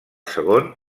segon